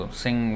sing